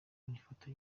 ifoto